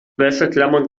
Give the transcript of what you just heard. wäscheklammern